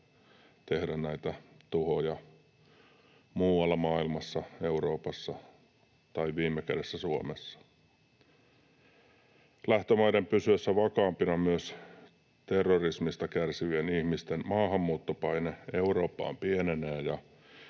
tehdä näitä tuhoja muualla maailmassa, Euroopassa tai viime kädessä Suomessa. Lähtömaiden pysyessä vakaampina myös terrorismista kärsivien ihmisten maahanmuuttopaine Eurooppaan pienenee, ja